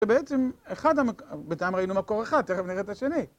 זה בעצם אחד, בינתיים ראינו מקור אחד, תכף נראה את השני.